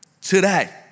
Today